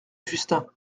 justin